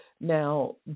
Now